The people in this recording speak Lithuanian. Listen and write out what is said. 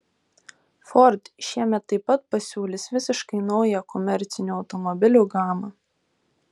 ford šiemet taip pat pasiūlys visiškai naują komercinių automobilių gamą